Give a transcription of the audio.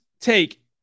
take